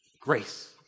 grace